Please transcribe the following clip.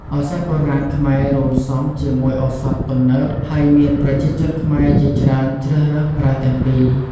ឱសថបុរាណខ្មែររួមផ្សំជាមួយឱសថទំនើប ហើយមានប្រជាជនខ្មែរជាច្រើនជ្រើសរើសប្រើទាំងពីរ។